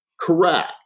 Correct